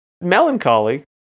melancholy